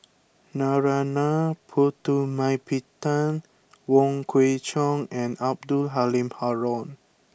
Narana Putumaippittan Wong Kwei Cheong and Abdul Halim Haron